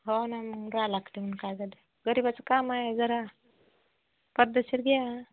हो ना मग रहावं लागतं आहे मग काय झालं गरीबाचं काम आहे जरा पद्धतशीर घ्या